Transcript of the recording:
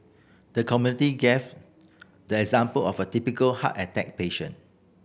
the committee gave the example of a typical heart attack patient